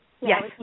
Yes